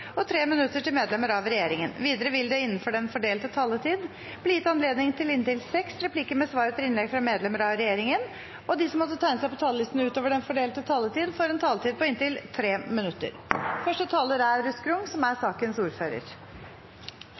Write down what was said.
og 3 minutter til medlemmer av regjeringen. Videre vil det – innenfor den fordelte taletid – bli gitt anledning til inntil seks replikker med svar etter innlegg fra medlemmer av regjeringen. De som måtte tegne seg på talerlisten utover den fordelte taletid, får en taletid på inntil 3 minutter.